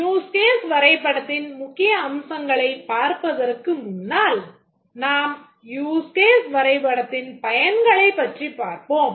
Use case வரைபடத்தின் முக்கிய அம்சங்களைப் பார்ப்பதற்கு முன்னால் நாம் use case வரைபடத்தின் பயன்களைப் பற்றி பார்ப்போம்